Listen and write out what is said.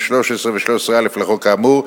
13 ו-13א לחוק האמור,